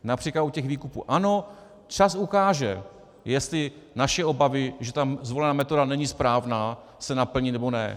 Například u těch výkupů ano, čas ukáže, jestli naše obavy, že ta zvolená metoda není správná, se naplní, nebo ne.